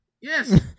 Yes